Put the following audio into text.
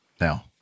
now